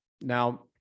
Now